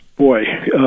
Boy